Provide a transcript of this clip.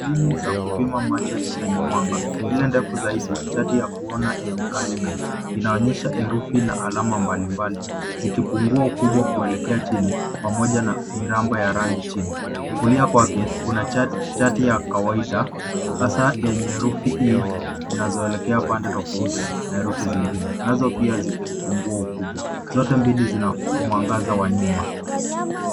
Mbinu za kupima macho zenye mwanga ile ndefu zaidi. Chati ya kuona yenye kazi nyingi inaonyesha herufi na alama mbalimbali .Zikipungua ukubwa kuelekea chini pamoja na miraba ya rangi chini. Kulia kwake kuna chati ya kawaida hasaa yenye herufi E zinazoelekea pande tofauti na herufi zingine .Nazo pia zikipungua ukubwa. Zote mbili zina mwangaza wa nyuma.